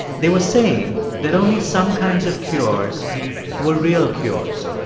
they were saying that only some kinds of cures were real cures.